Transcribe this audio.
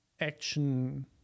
action